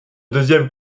deuxième